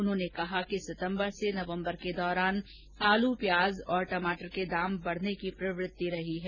उन्होंने कहा कि सितम्बर से नवम्बर के दौरान आलू प्याज और टमाटर के दाम बढने की प्रवृति रही है